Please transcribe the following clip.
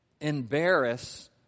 embarrass